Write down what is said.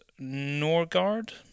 Norgard